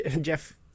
Jeff